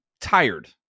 tired